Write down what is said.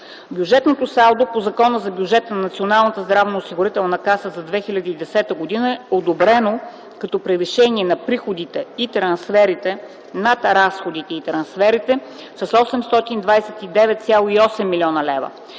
Бюджетното салдо по Закона за бюджета на Националната здравноосигурителна каса за 2010 г. е одобрено като превишение на приходите и трансферите над разходите и трансферите с 829,8 млн. лв.